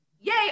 yay